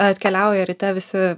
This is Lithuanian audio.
atkeliauja ryte visi